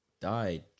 died